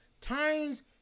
times